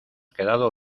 quedado